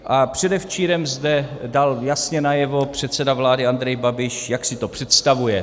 A předevčírem zde dal jasně najevo předseda vlády Andrej Babiš, jak si to představuje.